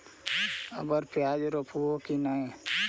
अबर प्याज रोप्बो की नय?